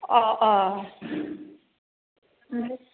अह अह ओमफ्राय